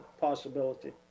possibility